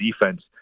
defense